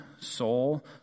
soul